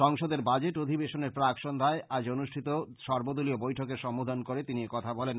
সংসদের বাজেট অধিবেশনের প্রাক্ সন্ধ্যায় আজ অনুষ্ঠিত সর্বদলীয় বৈঠকে সম্বোধন করে তিনি একথা বলেন